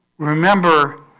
remember